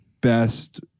best